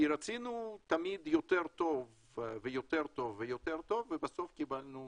רצינו תמיד יותר טוב ויותר טוב ובסוף קבלנו,